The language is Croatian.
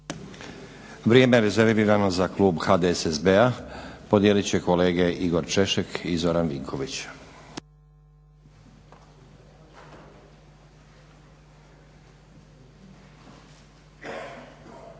Vrijeme rezervirano za klub HDSSB-a podijelit će kolege Igor Češek i Zoran Vinković.